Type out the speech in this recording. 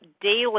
daily